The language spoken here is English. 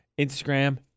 Instagram